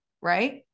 right